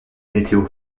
météo